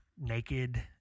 naked